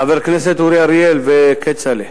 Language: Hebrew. חבר הכנסת אורי אריאל וכצל'ה,